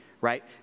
right